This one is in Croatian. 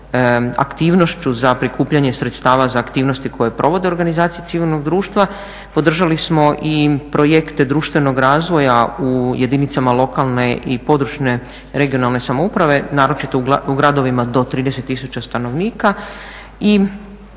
aktivnošću za prikupljanje sredstava za aktivnosti koje provode organizacije civilnog društva. Podržali smo i projekte društvenog razvoja u jedinicama lokalne i područne, regionalne samouprave naročito u gradovima do 30000 stanovnika